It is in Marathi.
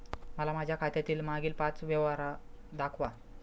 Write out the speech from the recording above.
मला माझ्या खात्यातील मागील पांच व्यवहार दाखवा